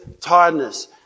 tiredness